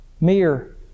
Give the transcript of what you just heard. mere